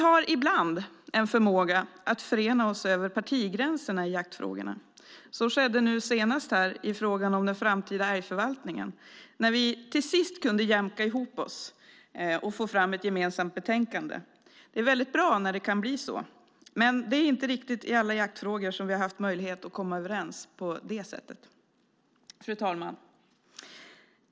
Vi har ibland en förmåga att förena oss över partigränserna i jaktfrågorna. Så skedde senast i frågan om den framtida älgförvaltningen då vi till sist kunde jämka ihop oss och få fram ett gemensamt betänkande. Det är bra när det kan bli så. Men det är inte i riktigt alla jaktfrågor som vi har haft möjlighet att komma överens på det sättet. Fru talman!